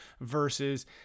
versus